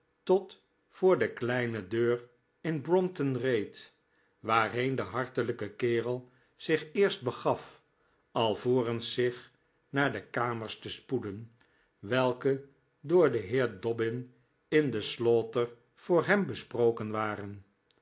tot voor de kleine deur in brompton reed waarheen de hartelijke kerel zich eerst begaf alvorens zich naar de kamers te spoeden welke door den heer dobbin in de slaughter voor hem besproken waren